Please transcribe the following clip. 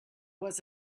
was